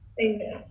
Amen